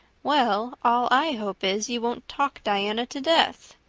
well, all i hope is you won't talk diana to death,